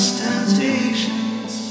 temptations